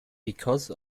because